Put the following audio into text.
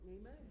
Amen